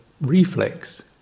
reflex